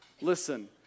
Listen